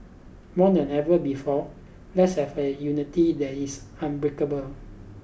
more than ever before let's have a unity that is unbreakable